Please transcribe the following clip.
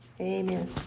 Amen